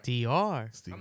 DR